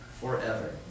forever